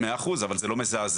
מאה אחוז, אבל זה לא מזעזע.